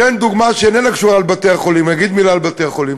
אתן דוגמה, אגיד מילה על בתי-החולים.